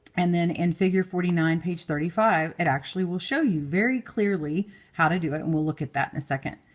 and then in figure forty nine, page thirty five, it actually will show you very clearly how to do it, and we'll look at that in a second.